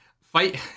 fight